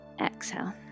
Exhale